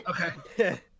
Okay